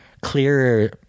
clearer